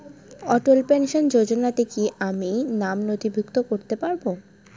অটল pension যোজনাতে কি আমি নাম নথিভুক্ত করতে পারবো?